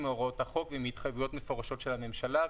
מהוראות החוק ומהתחייבויות מפורשות של הממשלה.